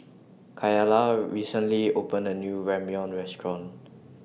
Kayla recently opened A New Ramyeon Restaurant